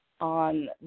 on